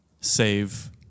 save